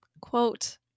quote